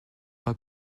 pas